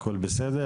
הכל בסדר?